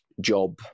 job